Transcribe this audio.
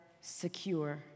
secure